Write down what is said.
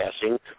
passing